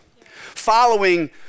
following